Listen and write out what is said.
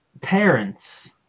Parents